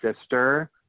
sister